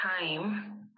time